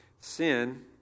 Sin